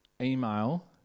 email